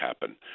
happen